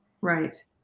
Right